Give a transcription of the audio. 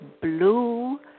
blue